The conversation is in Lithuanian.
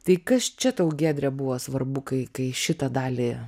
tai kas čia tau giedre buvo svarbu kai kai šitą dalį